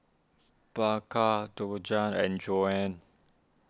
Bianca Djuana and Joann